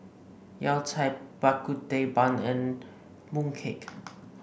Yao Cai Bak Kut Teh bun and mooncake